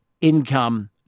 income